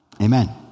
Amen